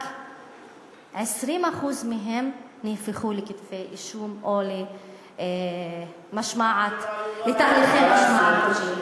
רק 20% מהם נהפכו לכתבי-אישום או לתיקי משמעת ותהליכי משמעת.